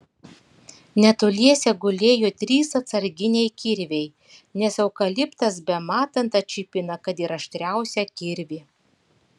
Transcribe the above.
netoliese gulėjo trys atsarginiai kirviai nes eukaliptas bematant atšipina kad ir aštriausią kirvį